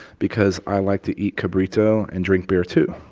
because i like to eat cabrito and drink beer, too.